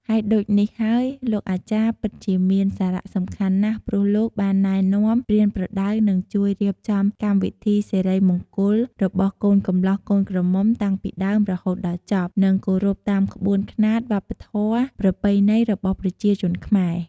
ហេតុដូចនេះហើយលោកអាចារ្យពិតជាមានសារៈសំខាន់ណាស់ព្រោះលោកបានណែនាំ ប្រៀបប្រដៅនិងជួយរៀបចំកម្មវិធីសិរិមង្គលរបស់កូនកម្លោះកូនក្រមុំតាំងពីដើមរហូតដល់ចប់និងគោរពតាមក្បួនខ្នាត វប្បធម៌ ប្រពៃណីរបស់ប្រជាជនខ្មែរ។